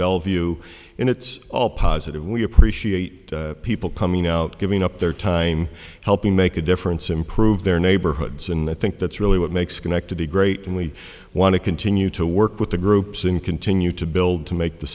bellevue in its all positive we appreciate people coming out giving up their time helping make a difference improve their neighborhoods and i think that's really what makes connect to be great we wanna continue to work with the group in continue to build to make the